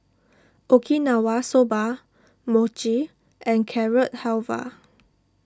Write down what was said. Okinawa Soba Mochi and Carrot Halwa